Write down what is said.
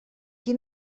qui